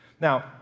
Now